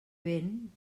vent